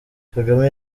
kagame